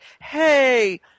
hey